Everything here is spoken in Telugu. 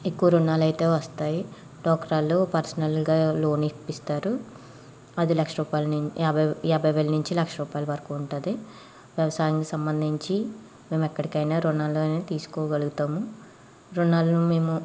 ఎక్కువ రుణాలు అయితే వస్తాయి డ్వాక్రాలో పర్సనల్గా లోన్ ఇప్పిస్తారు పది లక్షల రూపాయలు నుం యాభై యాభై వేల రూపాయల నుంచి లక్ష రూపాయలు వరకు ఉంటుంది వ్యవసాయానికి సంబంధించి మేము ఎక్కడికైనా రుణాలు అనేవి తీసుకోగలుగుతాము రుణాలును మేము